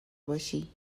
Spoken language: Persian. باشی